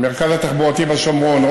המרכז התחבורתי בשומרון,